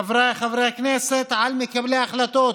חבריי חברי הכנסת, על מקבלי ההחלטות,